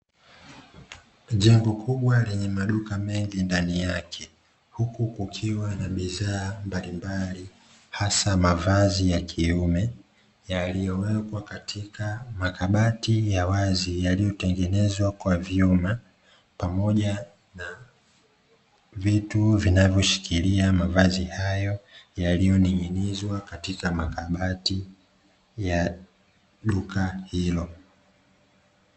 Jengo kubwa lenye maduka mengi ndani yake, huku kukiwa na bidhaa mbalimbali hasa mavazi ya kiume, yaliyowekwa katika makabati ya wazi yaliyotengenezwa kwa vyuma, pamoja na vitu vinavyoshikilia mavazi hayo yalioning'inizwa katika makabati ya duka hilo.